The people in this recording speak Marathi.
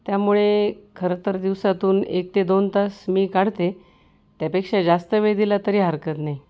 त्यामुळे खरंतर दिवसातून एक ते दोन तास मी काढते त्यापेक्षा जास्त वेळ दिला तरी हरकत नाही